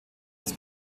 des